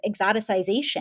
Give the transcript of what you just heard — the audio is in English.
exoticization